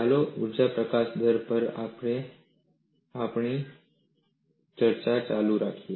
ચાલો ઊર્જા પ્રકાશન દર પર અમારી ચર્ચા ચાલુ રાખીએ